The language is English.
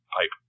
pipe